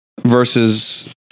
versus